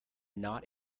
not